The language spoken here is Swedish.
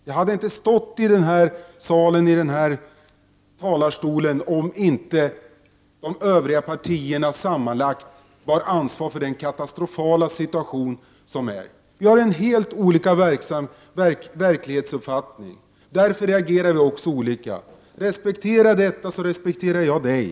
Jag hade inte stått i denna sal i denna talarstol om inte de övriga partierna tillsammans bar ansvaret för den katastrofala situation som nu råder. Vi har helt olika verklighetsuppfattning. Därför reagerar vi också olika. Respektera detta, så respekterar jag dig!